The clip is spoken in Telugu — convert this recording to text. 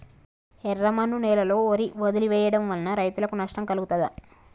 ఎర్రమన్ను నేలలో వరి వదిలివేయడం వల్ల రైతులకు నష్టం కలుగుతదా?